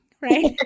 right